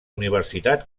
universitat